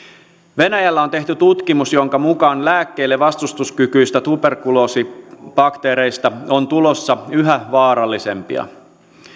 venäjällä on tehty tutkimus jonka mukaan lääkkeille vastustuskykyisistä tuberkuloosibakteereista on tulossa yhä vaarallisempia